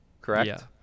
Correct